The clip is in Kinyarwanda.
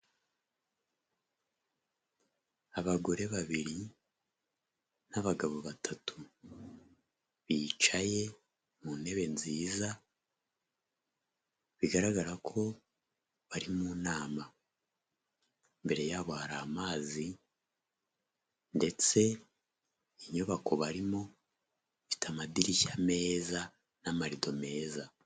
Abagore babiri n'abagabo batatu bicaye mu ntebe nziza. Biragaragara ko bari mu nama. Imbere yabo hari amazi, ndetse n'inyubako barimo ifite amadirishya meza n'amarido meza.